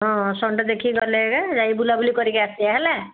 ହଁ ସନ୍ଡ଼େ ଦେଖିକି ଗଲେ ଏକା ଯାଇକି ବୁଲା ବୁଲି କରିକି ଆସିବା ହେଲା